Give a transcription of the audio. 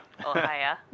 Ohio